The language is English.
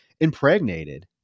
impregnated